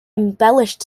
embellished